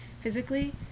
physically